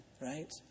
Right